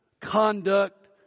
conduct